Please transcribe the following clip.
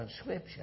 scripture